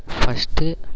first